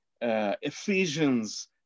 Ephesians